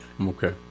Okay